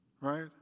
right